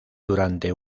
durante